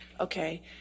okay